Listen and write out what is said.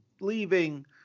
leaving